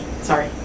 sorry